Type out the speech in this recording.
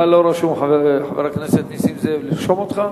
אתה לא רשום, חבר הכנסת נסים זאב, לרשום אותך?